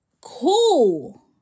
cool